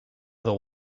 other